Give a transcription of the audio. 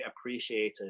appreciated